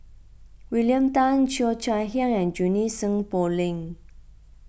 William Tan Cheo Chai Hiang and Junie Sng Poh Leng